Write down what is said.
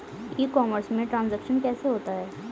ई commerce में transaction कैसे होता है?